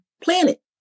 planet